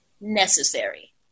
necessary